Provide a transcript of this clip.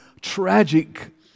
tragic